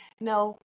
No